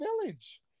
village